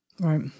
Right